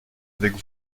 avec